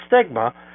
stigma